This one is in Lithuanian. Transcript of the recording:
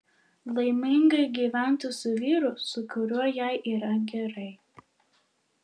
laimingai gyventų su vyru su kuriuo jai yra gerai